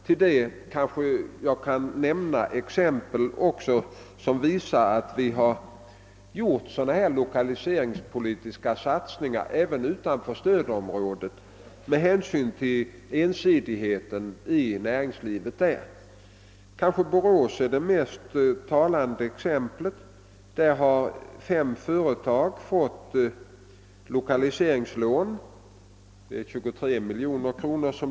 Till detta kanske jag kan få nämna några exempel som visar att vi företagit lokaliseringspolitiska satsningar även utanför stödområdet med hänsyn till ensidigheten i näringslivet där. Borås är kanske det mest talande exemplet. Där har fem företag fått lokaliseringslån på 23 miljoner kronor.